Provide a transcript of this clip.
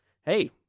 hey